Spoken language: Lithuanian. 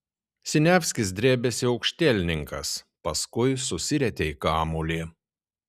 siniavskis drebėsi aukštielninkas paskui susirietė į kamuolį